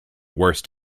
worst